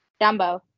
Dumbo